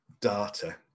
data